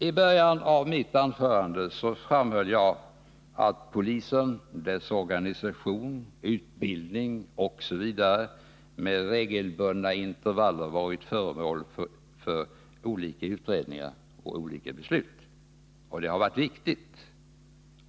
I början av mitt anförande framhöll jag att polisen och dess organisation, utbildning osv. med regelbundna intervaller varit föremål för Nr 108 olika utredningar och beslut. Det har varit viktigt.